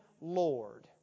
Lord